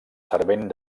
servent